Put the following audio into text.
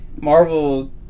Marvel